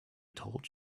told